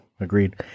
Agreed